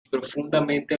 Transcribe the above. profundamente